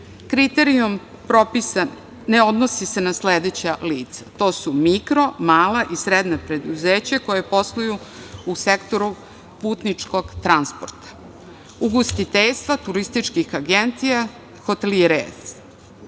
godini. Kriterijum propisan ne odnosi se na sledeća lica. To su mikro, mala i srednja preduzeća koja posluju u sektoru putničkog transporta, ugostiteljstva, turističkih agencija, hotelijera. Banka